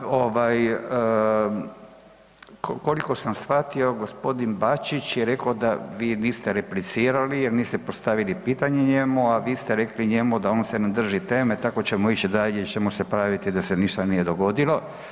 Ovaj, koliko sam shvatio, g. Bačić je rekao da vi niste replicirali jer niste postavili pitanje njemu, a vi ste rekli njemu da on se ne drži teme tako ćemo ići dalje i ćemo se praviti da se ništa nije dogodilo.